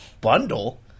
bundle